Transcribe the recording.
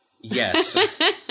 Yes